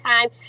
time